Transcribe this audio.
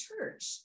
church